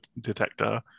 detector